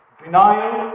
denial